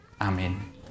amen